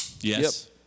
Yes